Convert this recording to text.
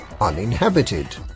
uninhabited